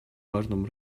важном